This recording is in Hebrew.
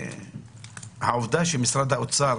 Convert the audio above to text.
העובדה שמשרד האוצר